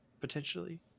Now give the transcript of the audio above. potentially